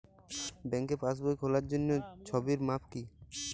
ব্যাঙ্কে পাসবই খোলার জন্য ছবির মাপ কী?